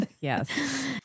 Yes